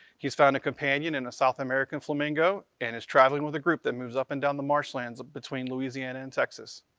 he's found a companion in a south american flamingo and is traveling with a group that moves up and down the marshlands between louisiana and texas.